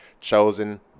Chosen